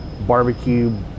barbecue